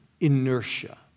inertia